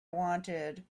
wanted